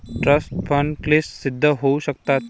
trust fund क्लिष्ट सिद्ध होऊ शकतात